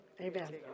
Amen